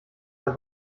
der